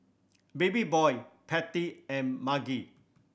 Babyboy Patty and Margy